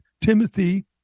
Timothy